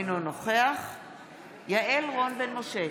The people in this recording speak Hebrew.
אינו נוכח יעל רון בן משה,